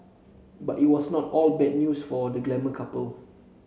but it was not all bad news for the glamour couple